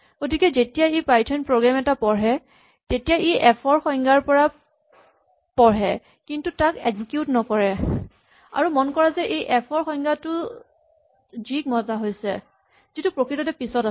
গতিকে যেতিয়া ই পাইথন প্ৰগ্ৰেম এটা পঢ়ে তেতিয়া ই এফ ৰ সংজ্ঞা ৰ পৰা পঢ়ে কিন্তু তাক এক্সিকিউট নকৰে আৰু মন কৰা যে এই এফ ৰ সংজ্ঞাটোত জি ক মতা হৈছে যিটো প্ৰকৃততে পিছত আছে